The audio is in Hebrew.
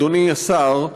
אדוני השר,